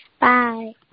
Bye